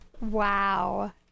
Wow